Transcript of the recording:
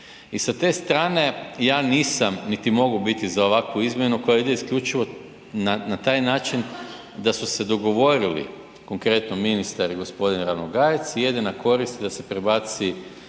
I sa te strane ja nisam, niti mogu biti za ovakvu izmjenu koja ide isključivo na taj način da su se dogovorili konkretno ministar i gospodin Ranogajec i jedina korist da se prebaci